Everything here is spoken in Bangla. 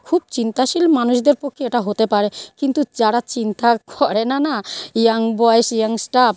খুব চিন্তাশীল মানুষদের পক্ষে এটা হতে পারে কিন্তু যারা চিন্তা করে না না ইয়ং বয়স ইয়ং স্টাফ